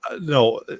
no